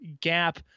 gap